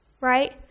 right